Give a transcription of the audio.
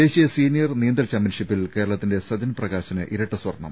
ദേശീയ സീനിയർ നീന്തൽ ചാമ്പ്യൻഷിപ്പിൽ കേരള ത്തിന്റെ സജൻ പ്രകാശിന് ഇരട്ട സ്വർണ്ണം